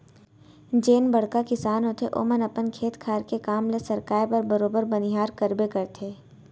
जेन बड़का किसान होथे ओमन अपन खेत खार के काम ल सरकाय बर बरोबर बनिहार करबे करथे